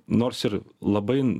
nors ir labai